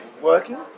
working